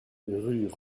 rue